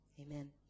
Amen